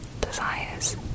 desires